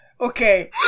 Okay